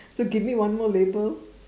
so give me one more label